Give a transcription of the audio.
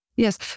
Yes